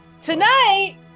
Tonight